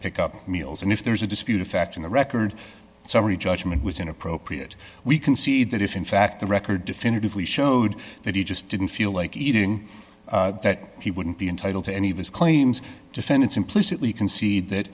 up meals and if there's a dispute a fact in the record summary judgment was inappropriate we can see that if in fact the record definitively showed that he just didn't feel like eating that he wouldn't be entitled to any of his claims defendants implicitly concede that